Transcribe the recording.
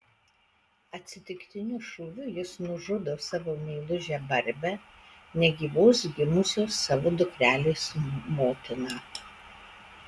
atsitiktiniu šūviu jis nužudo savo meilužę barbę negyvos gimusios savo dukrelės motiną